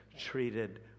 treated